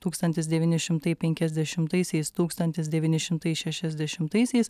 tūkstantis devyni šimtai penkiasdešimtaisiais tūkstantis devyni šimtai šešiasdešimtaisiais